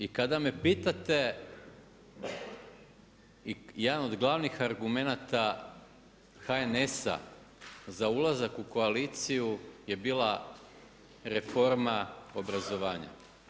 I kada me pitate, jedan od glavnih argumenata HNS-a, za ulazak u koaliciju je bila reforma obrazovanja.